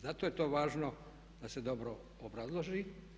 Zato je to važno da se dobro obrazloži.